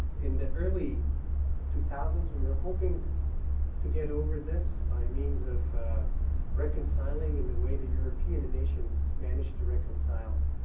in the early two thousand s, we were hoping to get over this by means of reconciling in the way the european nations managed to reconcile